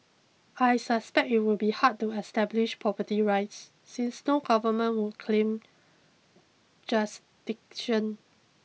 I suspect it would be hard to establish property rights since no government would claim jurisdiction